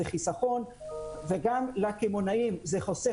זה חיסכון וגם לקמעונאים זה חוסך